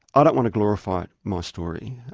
i don't want to glorify my story,